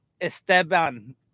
Esteban